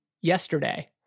yesterday